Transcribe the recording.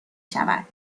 شود